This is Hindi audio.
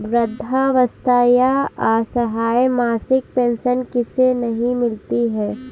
वृद्धावस्था या असहाय मासिक पेंशन किसे नहीं मिलती है?